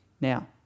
Now